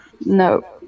No